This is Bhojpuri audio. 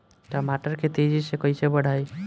टमाटर के तेजी से कइसे बढ़ाई?